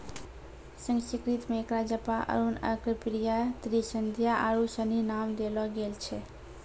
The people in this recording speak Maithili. संस्कृत मे एकरा जपा अरुण अर्कप्रिया त्रिसंध्या आरु सनी नाम देलो गेल छै